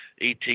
ET